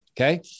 okay